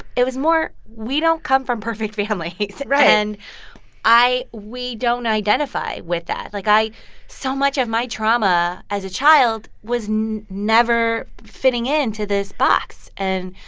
it was more we don't come from perfect families right and i we don't identify with that. like, so much of my trauma as a child was never fitting into this box. and.